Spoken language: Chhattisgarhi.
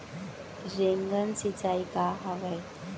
रेनगन सिंचाई का हवय?